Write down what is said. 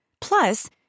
Plus